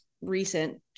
recent